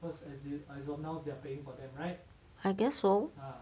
I guess so